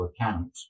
account